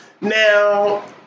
Now